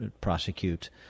prosecute